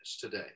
today